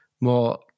more